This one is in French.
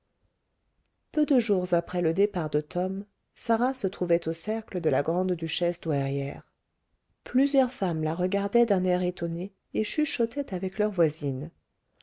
peu de jours après le départ de tom sarah se trouvait au cercle de la grande-duchesse douairière plusieurs femmes la regardaient d'un air étonné et chuchotaient avec leurs voisines